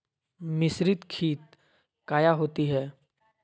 मिसरीत खित काया होती है?